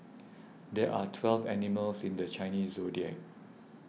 there are twelve animals in the Chinese zodiac